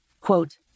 quote